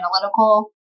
analytical